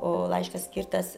o laiškas skirtas